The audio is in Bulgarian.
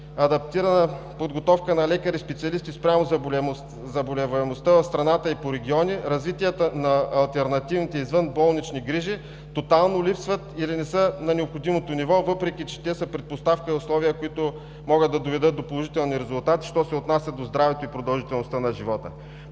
адаптирана подготовка на лекари-специалисти спрямо заболеваемостта в страната и по региони, развитието на алтернативните извънболнични грижи тотално липсват или не са на необходимото ниво, въпреки че те са предпоставка и условия, които могат да доведат до положителни резултати, що се отнася до здравето и продължителността на живота.